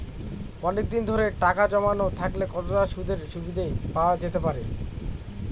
অনেকদিন ধরে টাকা জমানো থাকলে কতটা সুদের সুবিধে পাওয়া যেতে পারে?